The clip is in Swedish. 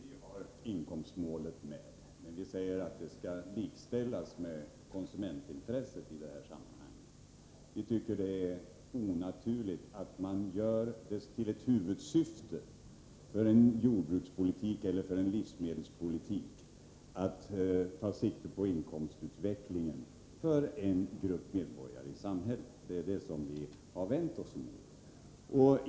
Fru talman! Också vi har inkomstmålet med, men vi säger att det i detta sammanhang skall likställas med konsumentintresset. Vi tycker att det är onaturligt att man för jordbrukspolitiken eller livsmedelspolitiken gör det till ett huvudsyfte att ta sikte på inkomstutvecklingen för en grupp medborgare i samhället. Det är det som vi har vänt oss emot.